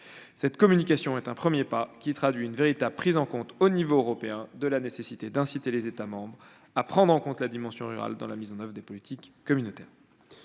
Cette communication est un premier pas traduisant une véritable prise en compte, au niveau européen, de la nécessité d'inciter les États membres à prendre en compte la dimension rurale dans la mise en oeuvre des politiques communautaires.